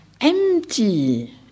Empty